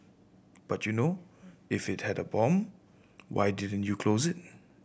but you know if it had a bomb why didn't you close it